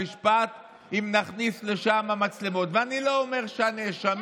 אני לא יודעת אם